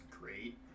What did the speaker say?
great